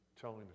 telling